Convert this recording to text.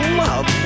love